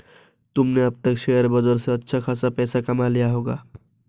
तुमने अब तक शेयर बाजार से अच्छा खासा पैसा कमा लिया होगा